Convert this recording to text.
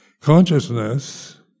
Consciousness